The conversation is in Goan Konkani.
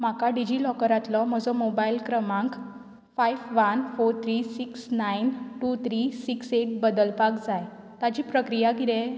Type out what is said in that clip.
म्हाका डिजी लॉकरांतलो म्हजो मोबायल क्रमांक five one four three six nine two three six eight बदलपाक जाय ताची प्रक्रिया कितें